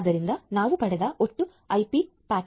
ಆದ್ದರಿಂದ ನಾವು ಪಡೆದ ಒಟ್ಟು ಐಪಿ ಪ್ಯಾಕೆಟ್ಗಳ ಸಂಖ್ಯೆ 277